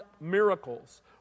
miracles